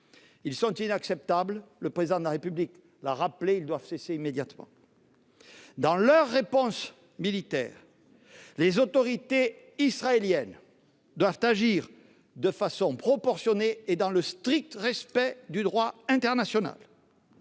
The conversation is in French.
Ils sont inacceptables et, le Président de la République l'a rappelé, ils doivent cesser immédiatement. Dans leur réponse militaire, les autorités israéliennes doivent agir de façon proportionnée et dans le strict respect du droit international.